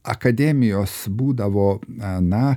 akademijos būdavo na